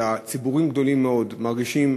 אלא ציבורים גדולים מאוד מרגישים